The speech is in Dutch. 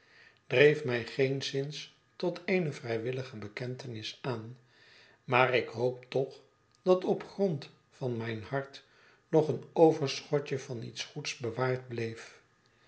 dreef mij geenszins tot eene vrijwillige bekentenis aan maar ik hoop toch dat op den grond van mijn hart nog een overschotje van iets goeds bewaard bleef